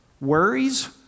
Worries